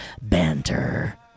banter